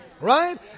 Right